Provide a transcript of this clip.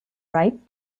right